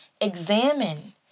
examine